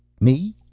me?